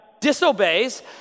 disobeys